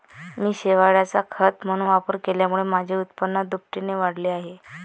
मी शेवाळाचा खत म्हणून वापर केल्यामुळे माझे उत्पन्न दुपटीने वाढले आहे